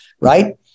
right